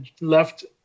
left